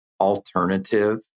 alternative